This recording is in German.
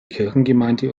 kirchengemeinde